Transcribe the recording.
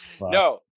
No